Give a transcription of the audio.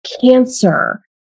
cancer